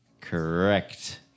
Correct